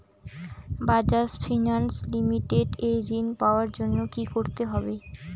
Bajaj finance limited এ ঋন পাওয়ার জন্য কি করতে হবে?